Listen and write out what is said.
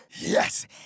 Yes